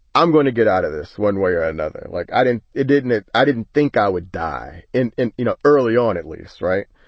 i'm going to get out of this one way or another like, i didn't it, didn't it? i didn't think i would die in, you know, early on at least. right.